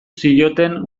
zioten